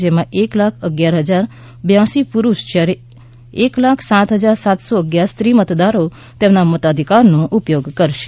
જેમાં એક લાખ અગિયાર હજાર બ્યાંસી પુરુષ જ્યારે એક લાખ સાત હજાર સાતસો અગિયાર સ્ત્રી મતદારો તેમના મતાધિકારનો ઉપયોગ કરશે